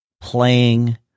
playing